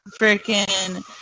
freaking